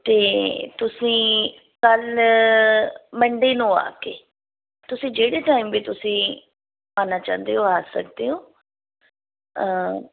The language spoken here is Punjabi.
ਅਤੇ ਤੁਸੀਂ ਕੱਲ੍ਹ ਮੰਡੇ ਨੂੰ ਆ ਕੇ ਤੁਸੀਂ ਜਿਹੜੇ ਟਾਈਮ ਵੀ ਤੁਸੀਂ ਆਉਣਾ ਚਾਹੁੰਦੇ ਹੋ ਆ ਸਕਦੇ ਹੋ